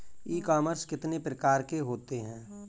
ई commerce कितने प्रकार के होते हैं?